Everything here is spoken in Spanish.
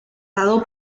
dado